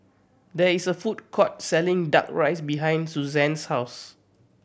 there is a food court selling Duck Rice behind Suzann's house